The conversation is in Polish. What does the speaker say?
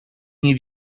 nie